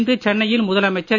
இன்று சென்னையில் முதலமைச்சர் திரு